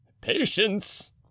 Patience